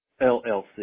LLC